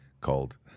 called